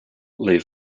leave